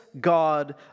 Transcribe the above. god